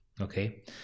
Okay